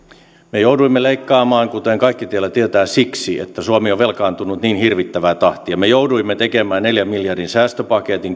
me jouduimme leikkaamaan kuten kaikki täällä tietävät siksi että suomi on velkaantunut niin hirvittävää tahtia me jouduimme tekemään neljän miljardin säästöpaketin